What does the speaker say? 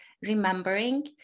remembering